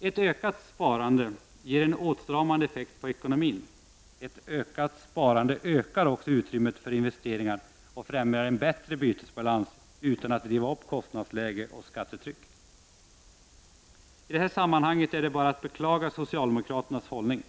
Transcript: Ökat sparande ger en åtstramande effekt på ekonomin. Det vidgar också utrymmet för investeringar och främjar en bättre bytesbalans utan att driva upp kostnadsläge och skattetryck. I detta sammanhang är det bara att beklaga socialdemokraternas hållning.